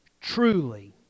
truly